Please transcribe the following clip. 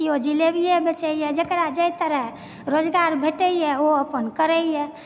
केओ जिलेबीए बेचयए जेकरा जे तरह रोजगार भेटयए ओ अपन करयए